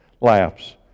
laughs